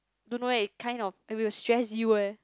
don't know eh it kind of it will stress you eh